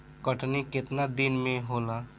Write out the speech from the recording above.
कटनी केतना दिन मे होला?